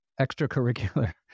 extracurricular